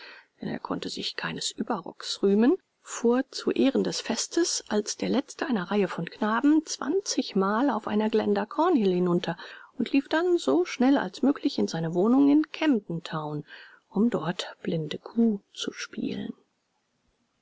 denn er konnte sich keines ueberrocks rühmen fuhr zu ehren des festes als der letzte einer reihe von knaben zwanzigmal auf einer glander cornhill hinunter und lief dann so schnell als möglich in seine wohnung in camden town um dort blindekuh zu spielen